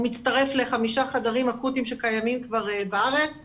הוא מצטרף לחמישה חדרים אקוטיים שכבר קיימים בארץ,